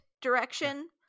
direction